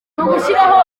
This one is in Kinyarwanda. ugushyiraho